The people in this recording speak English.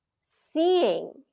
seeing